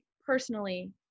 personally